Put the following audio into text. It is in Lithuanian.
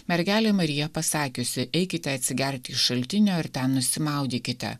mergelė marija pasakiusi eikite atsigerti iš šaltinio ir ten nusimaudykite